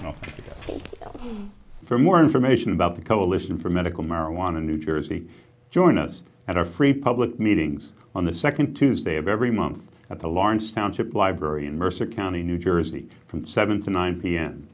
go for more information about the coalition for medical marijuana new jersey join us and our free public meetings on the second tuesday of every month at the lawrence township library in mercer county new jersey from seven to nine p